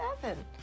seven